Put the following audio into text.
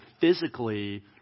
physically